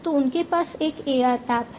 तो उनके पास एक AR ऐप है